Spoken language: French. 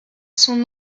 son